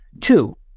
Two